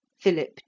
Philip